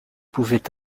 pouvait